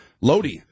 Lodi